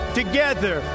together